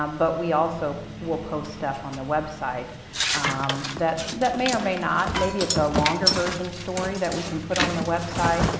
um but we also will post stuff on the website um that that may or may not, maybe it's a longer version story that we can put on the website.